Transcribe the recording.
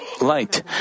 light